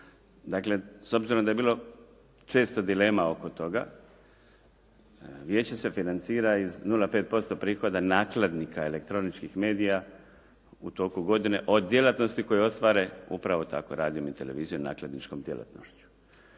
Dakle, s obzirom da je bilo često dilema oko toga, Vijeće se financira iz 0,5% prihoda nakladnika elektroničkih medija u toku godine od djelatnosti koju ostvare upravo tako radiom i televizijskom nakladničkom djelatnošću.